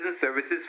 services